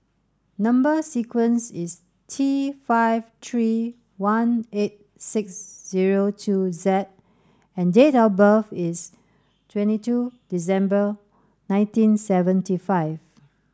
number sequence is T five three one eight six zero two Z and date of birth is twenty two December nineteen seventy five